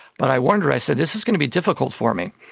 but i warned her, i said, this is going to be difficult for me.